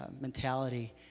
mentality